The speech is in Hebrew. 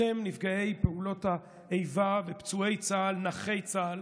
אתם, נפגעי פעולות האיבה ופצועי צה"ל, נכי צה"ל,